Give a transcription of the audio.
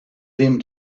them